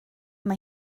mae